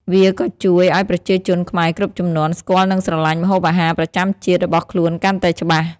វាក៏ជួយឱ្យប្រជាជនខ្មែរគ្រប់ជំនាន់ ស្គាល់និងស្រឡាញ់ម្ហូបអាហារប្រចាំជាតិរបស់ខ្លួនកាន់តែច្បាស់។